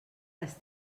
les